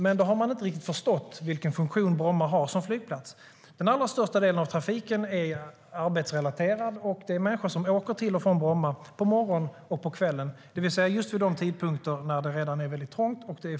Men då har man inte riktigt förstått vilken funktion Bromma har som flygplats. Den allra största delen av trafiken är arbetsrelaterad. Det är människor som åker till och från Bromma på morgonen och på kvällen, det vill säga just vid de tidpunkter då det redan är väldigt trångt.